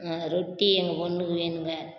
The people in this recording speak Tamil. ரொட்டி எங்கள் பொண்ணுக்கு வேணுங்க